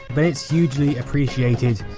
then its hugely appreciated,